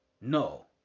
No